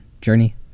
journey